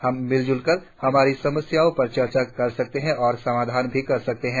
हम मिल जुल करके हमारी समस्याओं पर चर्चा भी कर सकते है और समाधान भी कर सकते हैं